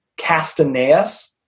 Castaneus